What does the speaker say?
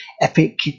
Epic